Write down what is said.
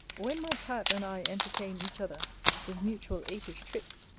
when my cat and i entertain each other with mutual apish tricks,